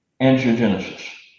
angiogenesis